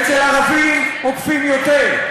אצל ערבים אוכפים יותר.